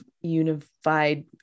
unified